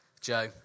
Joe